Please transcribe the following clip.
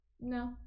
no